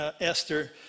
Esther